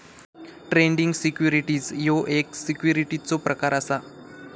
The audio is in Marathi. ट्रेडिंग सिक्युरिटीज ह्यो सिक्युरिटीजचो एक प्रकार असा